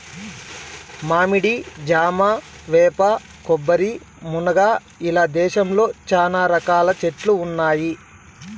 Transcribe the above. మామిడి, జామ, వేప, కొబ్బరి, మునగ ఇలా దేశంలో చానా రకాల చెట్లు ఉన్నాయి